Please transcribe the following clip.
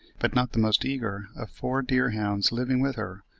but not the most eager, of four deerhounds living with her,